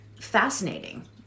fascinating